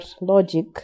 logic